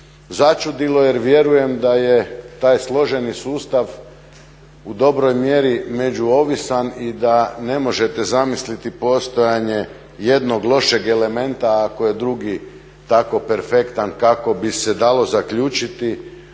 začudilo jer vjerujem da je taj složeni sustav u dobroj mjeri međuovisan i da ne možete zamisliti postojanje jednog lošeg elementa ako je drugi tako perfektan kako bi se dalo zaključiti